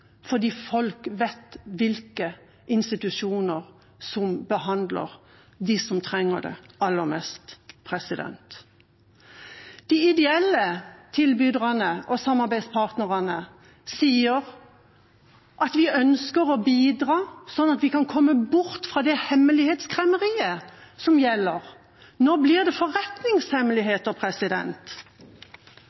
fordi folk vet hvilke institusjoner som behandler dem som trenger det aller mest. De ideelle tilbyderne og samarbeidspartnerne sier at de ønsker å bidra, slik at en kan komme bort fra det hemmelighetskremmeriet som gjelder. Nå blir det forretningshemmeligheter.